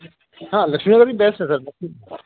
ہاں لکشمی نگر بھی بیسٹ ہے سر